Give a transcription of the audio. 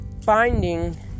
finding